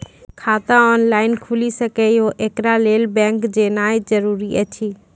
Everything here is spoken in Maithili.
खाता ऑनलाइन खूलि सकै यै? एकरा लेल बैंक जेनाय जरूरी एछि?